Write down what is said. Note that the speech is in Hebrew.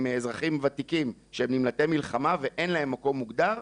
אזרחים ותיקים שהם נמלטי מלחמה ואין להם מקום מוגדר,